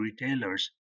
retailers